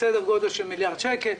סדר גודל של מיליארד שקל.